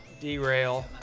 Derail